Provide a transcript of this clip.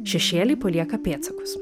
šešėliai palieka pėdsakus